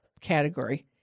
category